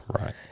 Right